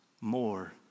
more